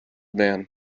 man